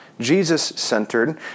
Jesus-centered